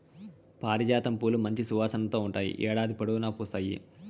పారిజాతం పూలు మంచి సువాసనతో ఉంటాయి, ఏడాది పొడవునా పూస్తాయి